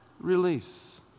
release